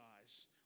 eyes